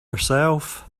herself